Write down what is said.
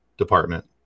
department